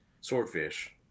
swordfish